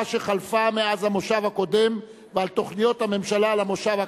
שחלפה מאז המושב הקודם ועל תוכניות הממשלה למושב הקרוב.